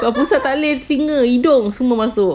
pusat tak boleh telinga hidung semua masuk